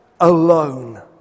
alone